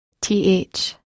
th